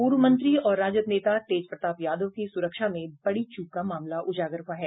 पूर्व मंत्री और राजद नेता तेज प्रताप यादव की सुरक्षा में बड़ी चूक का मामला उजागर हुआ है